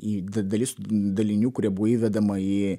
į d dalis dalinių kurie buvo įvedama į